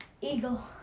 Eagle